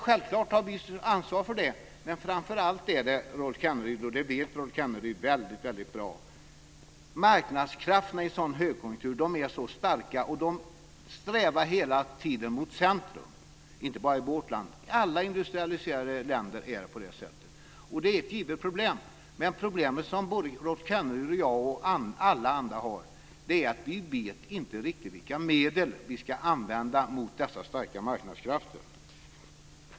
Självfallet tar vi ansvar för det, men framför allt beror det på - och det är Rolf Kenneryd väl medveten om - att marknadskrafterna i en högkonjunktur är oerhört starka. De strävar hela tiden mot centrum, inte bara i vårt land utan det gäller alla industrialiserade länder. Det innebär problem, men det problem som Rolf Kenneryd, jag och alla andra har är att vi inte vet vilka medel som vi ska använda mot dessa starka marknadskrafter.